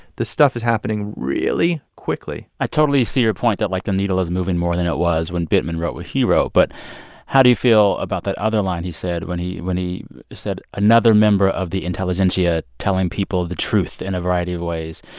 this stuff is happening really quickly i totally see your point that, like, the needle is moving more than it was when bittman wrote what he wrote. but how do you feel about that other line he said when he when he said another member of the intelligentsia telling people the truth in a variety of ways?